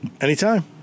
Anytime